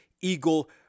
Eagle